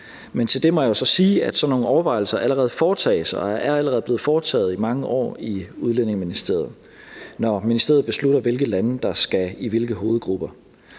men til det må jeg jo så sige, at sådan nogle overvejelser allerede foretages og er blevet foretaget i mange år i Udlændinge- og Integrationsministeriet, når ministeriet beslutter, hvilke lande der skal i hvilke hovedgrupper.